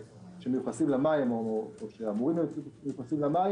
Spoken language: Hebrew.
שמיוחסים למים או שאמורים להיות מיוחסים להם,